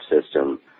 system